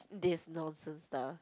this nonsense stuff